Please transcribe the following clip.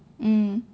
mm